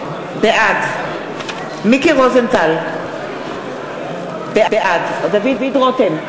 בעד מיקי רוזנטל, בעד דוד רותם,